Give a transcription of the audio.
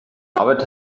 arbeit